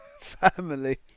family